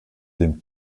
dem